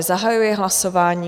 Zahajuji hlasování.